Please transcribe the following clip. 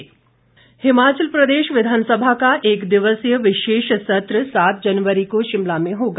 विधानसभा हिमाचल प्रदेश विधानसभा का एक दिवसीय विशेष सत्र सात जनवरी को शिमला में होगा